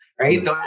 right